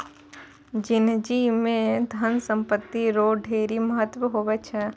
जिनगी म धन संपत्ति रो ढेरी महत्व हुवै छै